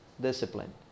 discipline